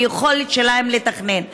ביכולת שלהן לתכנן.